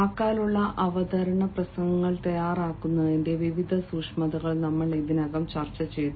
വാക്കാലുള്ള അവതരണ പ്രസംഗങ്ങൾ തയ്യാറാക്കുന്നതിന്റെ വിവിധ സൂക്ഷ്മതകൾ നമ്മൾ ഇതിനകം ചർച്ചചെയ്തു